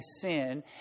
sin